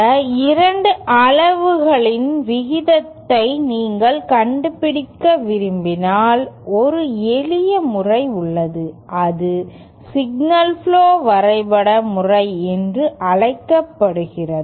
இந்த 2 அளவுகளின் விகிதத்தை நீங்கள் கண்டுபிடிக்க விரும்பினால் ஒரு எளிய முறை உள்ளது அது சிக்னல் புளோ வரைபட முறை என்று அழைக்கப்படுகிறது